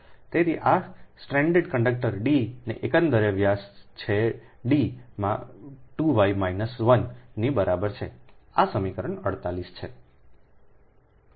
તેથી આ stranded conductor d નો એકંદરે વ્યાસ છે ડી માં 2 વાય માઇનસ 1 ની બરાબર છે આ સમીકરણ 48 છે